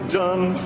done